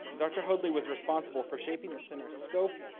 and dr. hoadley was responsible for shaping the center's scope,